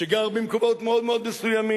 שגר במקומות מאוד מאוד מסוימים,